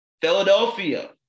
philadelphia